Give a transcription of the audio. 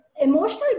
emotional